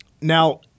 Now